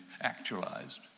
actualized